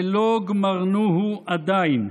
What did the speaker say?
ולא גמרנוהו עדיין.